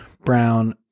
Brown